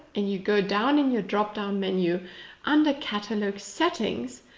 and you go down in your drop down menu under catalogue settings,